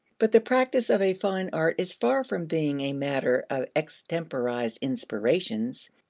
but the practice of a fine art is far from being a matter of extemporized inspirations.